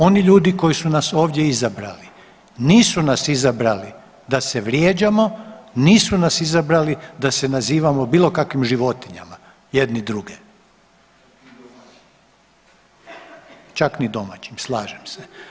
Oni ljudi koji su nas ovdje izabrali nisu nas izabrali da se vrijeđamo, nisu nas izabrali da se nazivamo bilo kakvim životinjama jedni druge [[Upadica iz klupe: Čak ni domaćim]] , čak ni domaćim, slažem se.